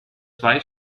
zwei